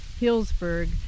Hillsburg